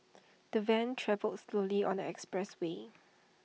the van travelled slowly on the expressway